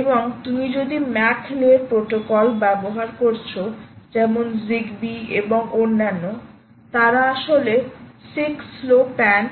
এবং তুমি যদি ম্যাক লেয়ার প্রোটোকল ব্যবহার করছো যেমন জিগ বি এবং অন্যান্য তারা আসলে 6 লো PAN